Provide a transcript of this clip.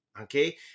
Okay